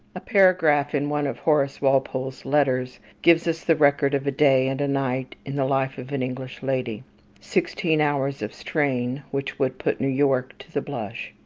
a paragraph in one of horace walpole's letters gives us the record of a day and a night in the life of an english lady sixteen hours of strain which would put new york to the blush.